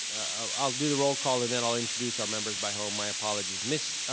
i'll do the roll call and then i'll introduce our members by home, my apologies, ms.